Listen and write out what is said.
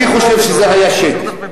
אני חושב שזה היה שקל,